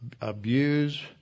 abuse